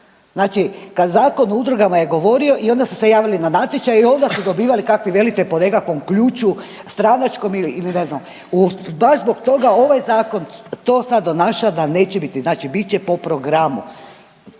znači kad Zakon o udrugama je govorio i onda ste se javili na natječaj i onda ste dobivali …/Govornik se ne razumije/…po nekakvom ključu stranačkom ili, ili ne znam, baš zbog toga ovaj zakon to sad donaša da neće biti, znači bit će po programu,